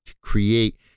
create